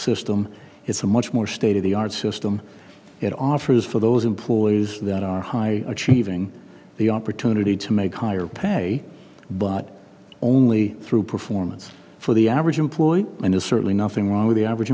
system it's a much more state of the art system it offers for those employees that are high achieving the opportunity to make higher pay but only through performance for the average employee and is certainly nothing wrong with the average